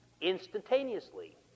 instantaneously